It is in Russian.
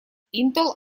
intel